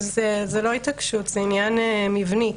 זאת לא התעקשות, זה עניין מבני.